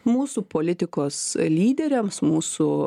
mūsų politikos lyderiams mūsų